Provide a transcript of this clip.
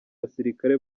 basirikare